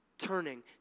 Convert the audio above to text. Turning